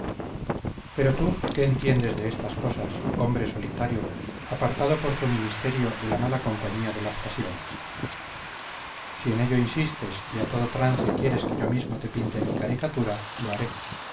pero tú qué entiendes de estas cosas hombre solitario apartado por tu ministerio de la mala compañía de las pasiones si en ello insistes y a todo trance quieres que yo mismo te pinte mi caricatura lo haré